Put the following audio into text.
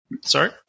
sorry